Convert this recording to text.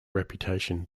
reputation